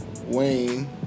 Wayne